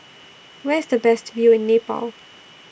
Where IS The Best View in Nepal